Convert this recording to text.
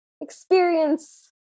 experience